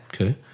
Okay